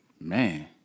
man